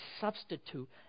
substitute